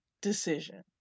decision